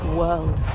world